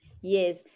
Yes